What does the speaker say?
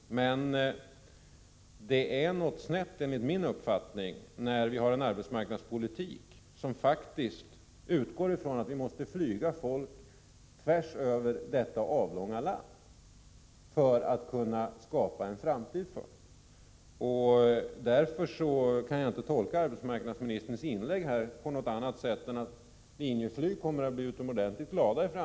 Men något har gått snett 119 enligt min uppfattning. Vi har ju en arbetsmarknadspolitik som faktiskt innebär att man utgår från att människor måste flyga tvärs över detta avlånga land för att en framtid skall kunna skapas för dem. Därför kan jag inte tolka arbetsmarknadsministerns inlägg i dag på annat sätt än att man på Linjeflyg kommer att bli utomordentligt glad.